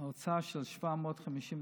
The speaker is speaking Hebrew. הוצאה של 750,000